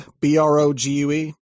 B-R-O-G-U-E